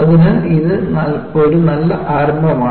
അതിനാൽ ഇത് ഒരു നല്ല ആരംഭമാണ്